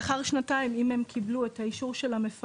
לאחר שנתיים, אם הם כן קיבלו את האישור של המפקח